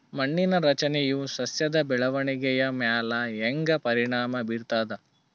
ಮಣ್ಣಿನ ರಚನೆಯು ಸಸ್ಯದ ಬೆಳವಣಿಗೆಯ ಮ್ಯಾಲ ಹ್ಯಾಂಗ ಪರಿಣಾಮ ಬೀರ್ತದ?